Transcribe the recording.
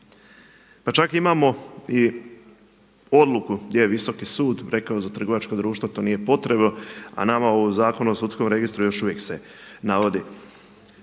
Pa čak imamo i odluku gdje je visoki sud rekao za trgovačka društva to nije potrebno a nama u Zakonu o sudskom registru još uvijek se navodi.